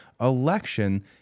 election